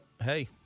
hey